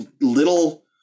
little